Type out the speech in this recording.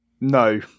no